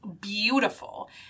beautiful